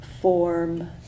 form